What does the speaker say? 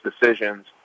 decisions